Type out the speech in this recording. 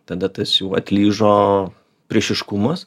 tada tas jau atlyžo priešiškumas